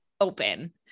open